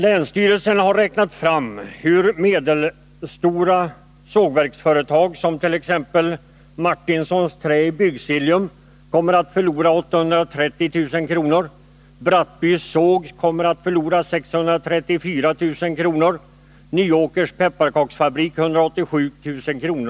Länsstyrelsen har räknat fram hur medelstora sågverksföretag skulle drabbas. Så skulle t.ex. Martinsons Trä i Bygdsiljum förlora 830 000 kr., Brattby såg 634 000 kr., Nyåkers pepparkaksfabrik 187 000 kr.